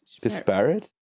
Disparate